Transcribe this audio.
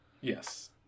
Yes